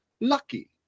lucky